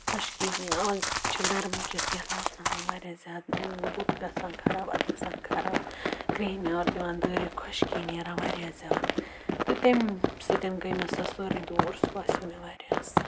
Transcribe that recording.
خۄشکی آز چھِ گَرمہٕ کِس یَتھ موسمَس منٛز واریاہ زیادٕ بُتھ گژھان خراب اَدٕ گژھان خراب کرٛیٚہن نیر دِوان دٲرِتھ خۄشکی نیران واریاہ زیادٕ تہٕ تمہِ سۭتۍ گٔے مےٚ سۄ سورُے دوٗر سُہ باسیٚو مےٚ واریاہ اَصٕل